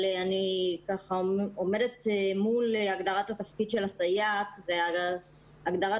אני ככה עומדת מול הגדרת התפקיד של הסייעת והגדרת